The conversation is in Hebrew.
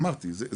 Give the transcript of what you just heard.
כן אמרתי את זה,